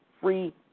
free